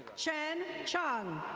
chen chong.